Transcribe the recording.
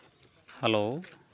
hello